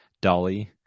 Dolly